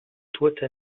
tourte